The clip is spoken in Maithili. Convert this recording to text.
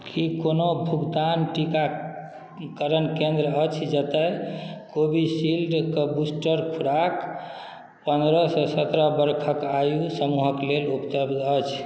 कि कोनो भुगतान टीकाकरण केन्द्र अछि जतऽ कोविशील्डके बूस्टर खोराक पनरहसँ सतरह बरख आयु समूहके लेल उपलब्ध अछि